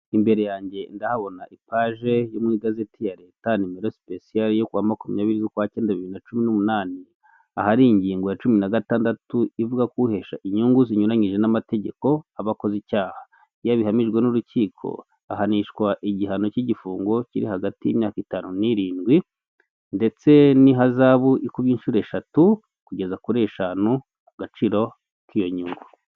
Imbere yange ndahabona ipaje yo mu igazeti ya leta nimero sipesiyare yo kuwa makumyabiri z'ukwa cyenda bibiri na cumi n'umunani, ahari ingingo ya cumi na gatandatu ivuga ko uhesha inyungu zinyuranyije n'amategeko aba akoze icyaha, iyo abihamijwe n'urukiko ahanishwa igihano cy'igifungo kiri hagati y'imyaka itanu n'irindwi ndetse n'ihazabu ikubye inshuro eshatu kugeza kuri eshanu agaciro k'iyo nyungu.